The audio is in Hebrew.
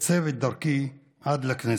עיצב את דרכי עד לכנסת.